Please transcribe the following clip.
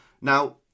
Now